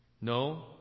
No